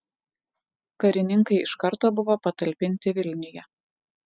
karininkai iš karto buvo patalpinti vilniuje